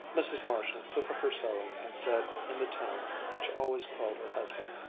mrs. marshall took up her sewing and said in the tone which always quelled her husband,